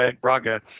Braga